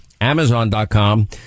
amazon.com